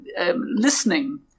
listening